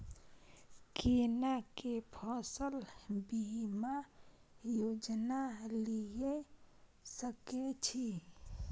केना के फसल बीमा योजना लीए सके छी?